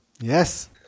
Yes